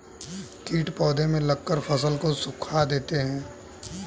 कीट पौधे में लगकर फसल को सुखा देते हैं